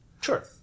Sure